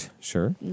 sure